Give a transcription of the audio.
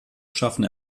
schaffen